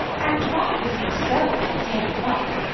andronicus himself did take it up.